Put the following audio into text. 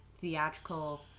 theatrical